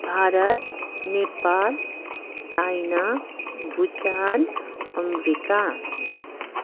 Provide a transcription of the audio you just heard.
Bharat Nepal China Bhutan America